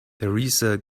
theresa